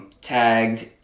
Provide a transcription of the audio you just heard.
tagged